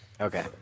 Okay